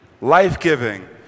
life-giving